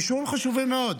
אישורים חשובים מאוד.